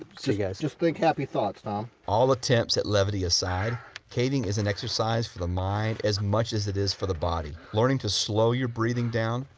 ah see you guys just think happy thoughts tom all attempts at levity aside caving is an exercise for the mind as much as it is for the body learning to slow your breathing down.